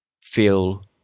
feel